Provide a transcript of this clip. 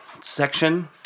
section